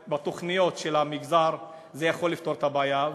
והתוכניות של המגזר, זה יכול לפתור את הבעיה.